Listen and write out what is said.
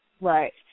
Right